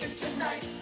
tonight